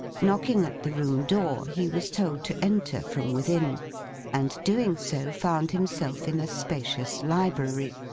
knocking at the room-door, he was told to enter from within and doing so found himself in a spacious library,